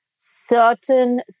Certain